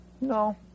No